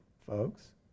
folks